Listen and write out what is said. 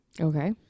okay